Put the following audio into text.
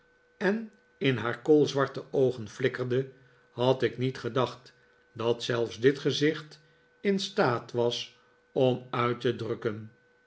en in haar koolzwarte oogen flikkerde had ik niet gedacht dat zelfs dit gezicht in staat was om uit te drukken